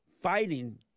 fighting